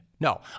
No